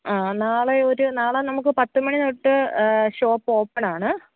ആ നാളെ ഒരു നാളെ നമുക്ക് പത്ത് മണി തൊട്ട് ഷോപ്പ് ഓപ്പണാണ്